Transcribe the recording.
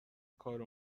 کار